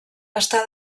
està